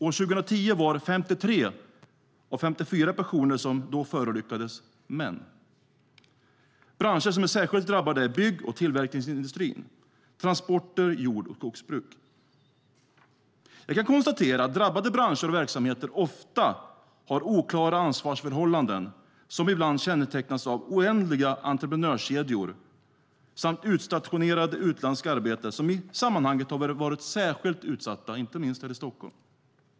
År 2010 var 53 av de 54 personer som förolyckades män. Branscher som är särskilt drabbade är bygg och tillverkningsindustrin, transporter, jord och skogsbruk. Jag kan konstatera att drabbade branscher och verksamheter ofta har oklara ansvarsförhållanden som ibland kännetecknas av oändliga entreprenörskedjor samt utstationerade utländska arbetare som i sammanhanget har varit särskilt utsatta, inte minst här i Stockholm.